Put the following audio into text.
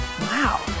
wow